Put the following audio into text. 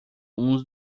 uns